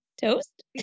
Toast